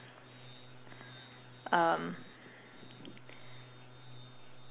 um